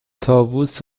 طاووس